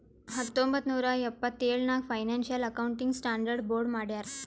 ಹತ್ತೊಂಬತ್ತ್ ನೂರಾ ಎಪ್ಪತ್ತೆಳ್ ನಾಗ್ ಫೈನಾನ್ಸಿಯಲ್ ಅಕೌಂಟಿಂಗ್ ಸ್ಟಾಂಡರ್ಡ್ ಬೋರ್ಡ್ ಮಾಡ್ಯಾರ್